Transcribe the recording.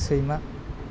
सैमा